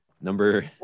number